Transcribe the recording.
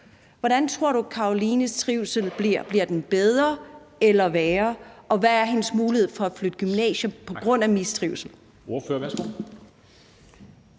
Hvordan tror du Carolines trivsel bliver? Bliver den bedre eller værre, og hvad er hendes mulighed for at flytte gymnasium på grund af mistrivsel?